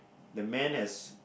the man has